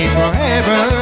forever